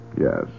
Yes